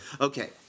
Okay